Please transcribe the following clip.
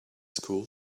school